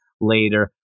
later